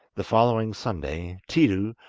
the following sunday, tiidu,